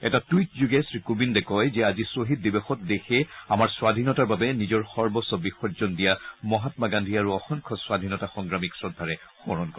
এটা টুইটযোগে শ্ৰীকোৱিন্দে কয় যে আজি শ্বহীদ দিৱসত দেশে আমাৰ স্বধীনতাৰ বাবে নিজৰ সৰ্বম্ব বিসৰ্জন দিয়া মহায়া গান্ধী আৰু অসংখ্য স্বাধীনতা সংগ্ৰামীক শ্ৰদ্ধাৰে সোঁৱৰণ কৰে